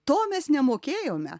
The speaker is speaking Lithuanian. to mes nemokėjome